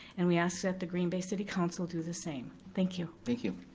and we ask that the green bay city council do the same. thank you. thank you.